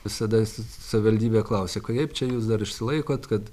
visada su savivaldybe klausia kaip čia jūs dar išsilaikot kad